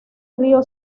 río